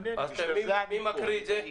מי מקריא את זה?